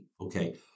Okay